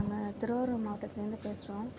நாங்கள் திருவாரூர் மாவட்டத்துலேருந்து பேசுகிறோம்